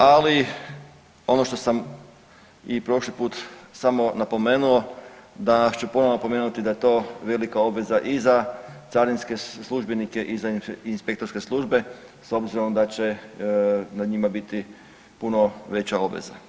Ali ono što sam i prošli put samo napomenuo danas ću ponovo napomenuti da je to velika obveza i za carinske službenike i za inspektorske službe s obzirom da će na njima biti puno veća obveza.